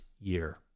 year